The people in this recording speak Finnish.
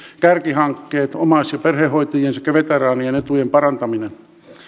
kärkihankkeet omais ja perhehoitajien sekä veteraanien etujen parantaminen